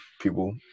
people